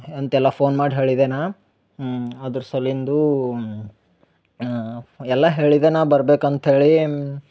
ಎಂತೆಲ್ಲ ಫೋನ್ ಮಾಡಿ ಹೇಳಿದೆ ನಾ ಅದ್ರ ಸಲ್ಲಿಂದೂ ಎಲ್ಲ ಹೇಳಿದೆ ನಾ ಬರಬೇಕಂತೇಳಿ